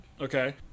Okay